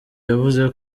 yavuze